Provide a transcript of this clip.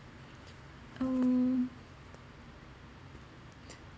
um